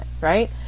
right